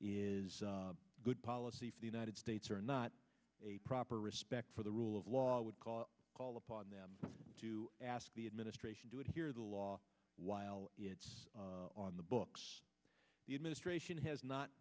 is a good policy for the united states not a proper respect for the rule of law would call call upon them to ask the administration to adhere to the law while it's on the books the administration has not